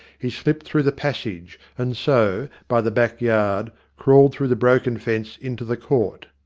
he slipped through the passage, and so, by the back yard, crawled through the broken fence into the court.